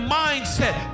mindset